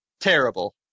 Terrible